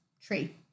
tree